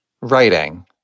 writing